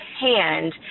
hand